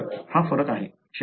तर हा फरक आहे